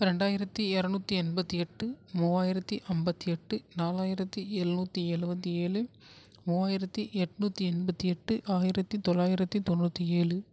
ரெண்டாயிரத்தி இரநூத்தி எண்பத்தி எட்டு மூவாயிரத்தி ஐம்பத்தி எட்டு நாலாயிரத்தி எழுநூற்றி எழுபத்தி ஏழு மூவாயிரத்தி எட்நூற்றி எண்பத்தி எட்டு ஆயிரத்தி தொள்ளாயிரத்தி தொண்ணூற்றி ஏழு